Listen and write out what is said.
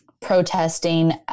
protesting